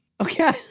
Okay